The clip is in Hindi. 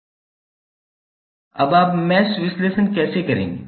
अब आप मैश विश्लेषण कैसे करेंगे